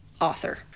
author